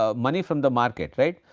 ah money from the market right.